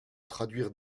traduire